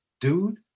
Dude